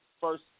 first